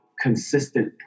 consistent